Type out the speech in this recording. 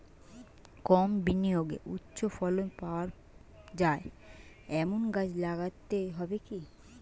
কম বিনিয়োগে উচ্চ ফলন পাওয়া যায় এমন গাছ লাগাতে হবে কি?